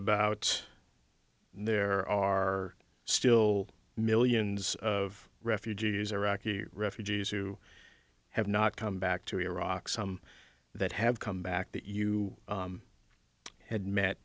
about there are still millions of refugees iraqi refugees who have not come back to iraq some that have come back that you had met